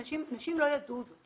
נשים לא ידעו זאת.